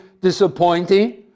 disappointing